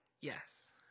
Yes